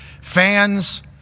fans